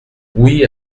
oui